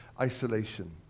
isolation